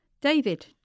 David